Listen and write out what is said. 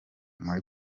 muri